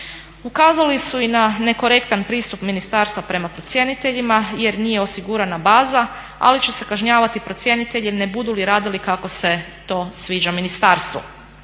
Ukazali su i na nekorektan pristup ministarstva prema procjeniteljima jer nije osigurana baza ali će se kažnjavati procjenitelji ne budu li radili kako se to sviđa ministarstvu.